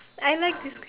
I like this ques